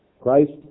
Christ